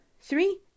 three